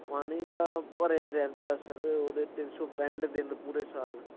ਪਾਣੀ ਤਾਂ ਭਰਿਆ ਹੀ ਰਹਿੰਦਾ ਸਰ ਉਹ ਦੇ ਤਿੰਨ ਸੌ ਪੈਂਹਟ ਦਿਨ ਪੂਰੇ ਸਾਰੇ ਸਾਲ